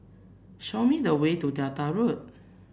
show me the way to Delta Road